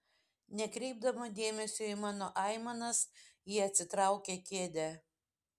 nekreipdama dėmesio į mano aimanas ji atsitraukia kėdę